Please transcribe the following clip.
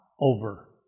over